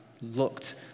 looked